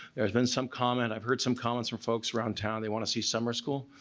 there's been some comment, i've heard some comments from folks around town they want to see summer school.